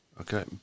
Okay